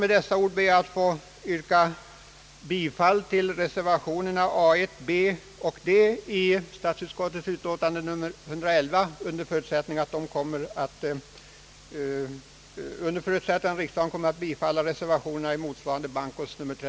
Med dessa ord ber jag att få yrka bifall till reservationerna A 1, B och D i statsutskottets utlåtande nr 111, under förutsättning att riksdagen kommer att bifalla motsvarande